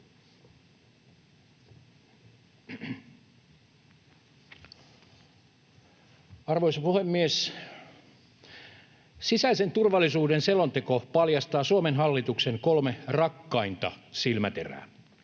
Arvoisa puhemies! Sisäisen turvallisuuden selonteko paljastaa Suomen hallituksen kolme rakkainta silmäterää: